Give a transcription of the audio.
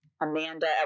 Amanda